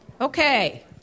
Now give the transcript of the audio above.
Okay